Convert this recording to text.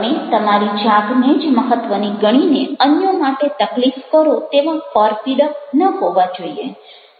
તમે તમારી જાતને જ મહત્વની ગણીને અન્યો માટે તકલીફ કરો તેવા પરપીડક ન હોવા જોઈએ